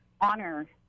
honor